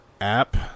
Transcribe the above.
app